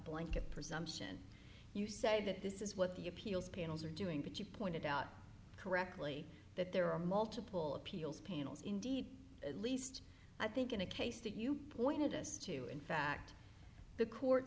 blanket presumption you say that this is what the appeals panels are doing but you pointed out correctly that there are multiple appeals panels indeed at least i think in a case that you pointed us to in fact the court